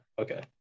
Okay